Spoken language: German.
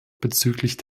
bezüglich